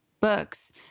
books